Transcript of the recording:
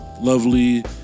lovely